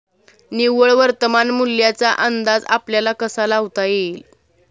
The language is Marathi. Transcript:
निव्वळ वर्तमान मूल्याचा अंदाज आपल्याला कसा लावता येईल?